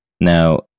Now